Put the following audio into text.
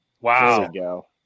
Wow